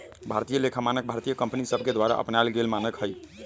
भारतीय लेखा मानक भारतीय कंपनि सभके द्वारा अपनाएल गेल मानक हइ